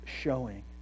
showing